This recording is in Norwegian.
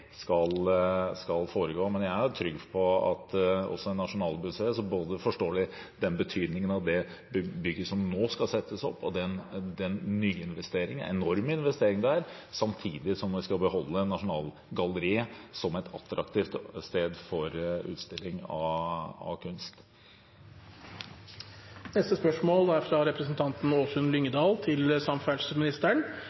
skal foregå, men jeg er trygg på at også i Nasjonalmuseet forstår de betydningen av det bygget som nå skal settes opp, den nyinvesteringen – den enorme investeringen – samtidig som en skal beholde Nasjonalgalleriet som et attraktivt sted for utstilling av kunst. Dette spørsmålet, fra representanten Åsunn